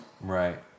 Right